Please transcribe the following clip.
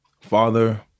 father